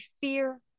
fear